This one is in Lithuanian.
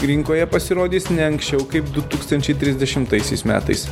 rinkoje pasirodys ne anksčiau kaip du tūkstančiai trisdešimtaisiais metais